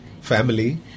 Family